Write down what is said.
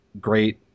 great